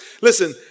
Listen